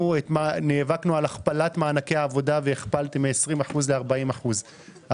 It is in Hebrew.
נאבקנו על הכפלת מענקי העבודה והכפלתם מ-20 אחוזים ל-40 אחוזים.